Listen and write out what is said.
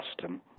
custom